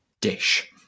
dish